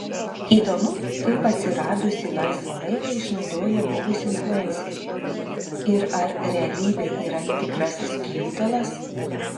įdomu kaip atsiradusį laisvą laiką išnaudoja buvusi influencerė ir ar realybė yra tikrasis kjutalas